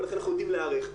ולכן אנחנו יודעים להיערך.